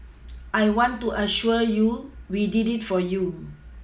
I want to assure you we did it for you